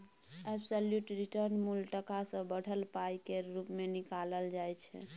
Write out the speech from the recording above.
absolute return मुल टका सँ बढ़ल पाइ केर रुप मे निकालल जाइ छै